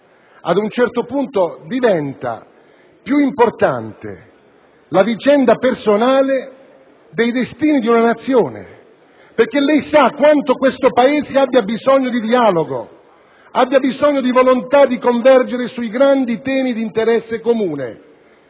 Ad un certo punto diventa più importante la vicenda personale dei destini di una Nazione, perché lei sa quanto questo Paese abbia bisogno di dialogo, di volontà di convergere sui grandi temi di interesse comune.